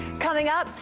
coming up,